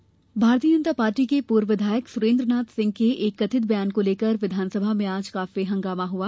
विस हंगामा भारतीय जनता पार्टी के पूर्व विधायक सुरेंद्रनाथ सिंह के एक कथित बयान को लेकर विधानसभा में आज काफी हंगामा हुआ